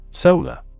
Solar